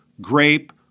grape